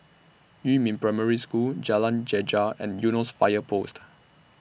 Yumin Primary School Jalan Greja and Eunos Fire Post